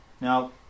Now